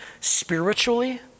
spiritually